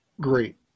great